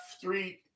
three